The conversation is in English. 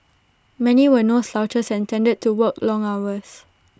many were no slouches and tended to work long hours